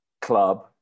club